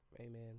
Amen